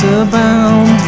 abound